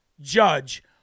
judge